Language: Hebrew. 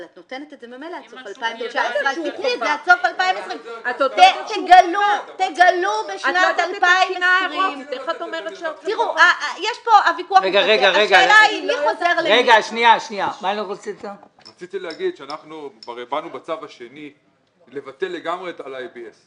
אבל את ממילא נותנת את זה עד סוף 2019. אז תני את זה עד סוף 2020. רציתי לומר שאנחנו כבר הבענו בצו השני לבטל לגמרי את ה-ABS.